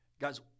guys